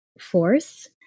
force